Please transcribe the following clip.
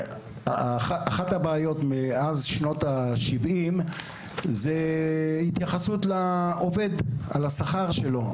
אחת הבעיות מאז שנות השבעים זה התייחסות לעובד על השכר שלו.